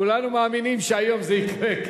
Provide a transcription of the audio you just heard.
כולנו מאמינים שהיום זה יקרה.